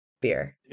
beer